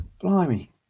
blimey